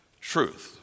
Truth